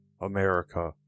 America